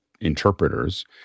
interpreters